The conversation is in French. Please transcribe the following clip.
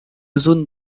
zones